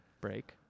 break